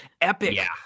epic